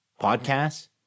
podcasts